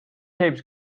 james